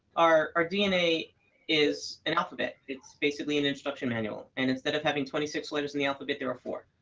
our our dna is an alphabet. it's basically an instruction manual. and instead of having twenty six letters in the alphabet, there are four.